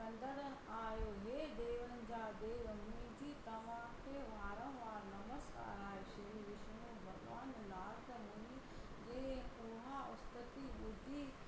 कंदड़ु आहियो हे देवनि जा देव मुंहिंजी तव्हांखे वारंवार नम्स्कार आहे श्री विष्नु भॻिवान नारद मुनी जे उहा उस्तति ॿुधी